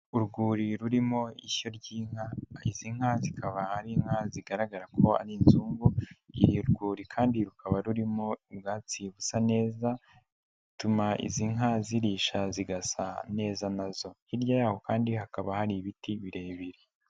Urwuri rurimo ishyo ry'inka izi nka zikaba ari inka zigaragara ko ari inzungu, urwuri kandi rukaba rurimo ubwatsi busa neza, ituma izi nka zirisha zigasa neza nazo, hirya yaho kandi hakaba hari ibiti birebire.